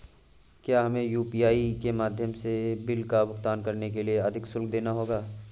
क्या हमें यू.पी.आई के माध्यम से बिल का भुगतान करने के लिए अधिक शुल्क देना होगा?